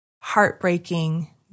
heartbreaking